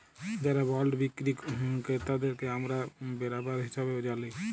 যারা বল্ড বিক্কিরি কেরতাদেরকে আমরা বেরাবার হিসাবে জালি